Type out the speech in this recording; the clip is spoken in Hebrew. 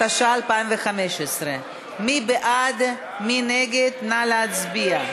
התשע"ה 2015. מי בעד, מי נגד, נא להצביע.